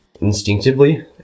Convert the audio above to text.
instinctively